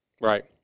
Right